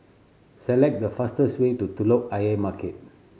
select the fastest way to Telok Ayer Market